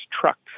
trucks